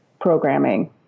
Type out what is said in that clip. programming